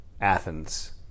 Athens